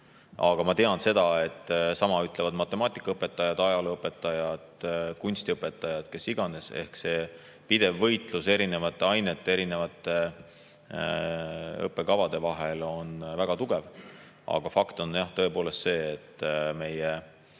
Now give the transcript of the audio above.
Aga ma tean seda, et sama ütlevad matemaatikaõpetajad, ajalooõpetajad ja kunstiõpetajad või kes iganes. Ehk see pidev võitlus erinevate ainete, erinevate õppekavade vahel on väga tugev. Aga fakt on tõepoolest see, et meie